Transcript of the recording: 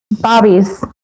Bobby's